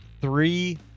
three